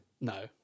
No